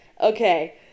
Okay